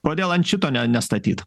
kodėl ant šito ne nestatyt